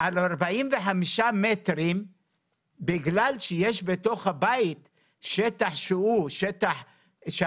עמיחי טמיר, יושב-ראש ארגון הנכים זכויות נכים.